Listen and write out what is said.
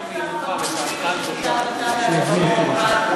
למה אדוני לא מקפיא את ההחלטה בעצמו?